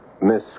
Miss